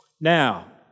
Now